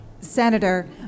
Senator